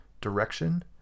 direction